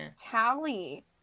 Tally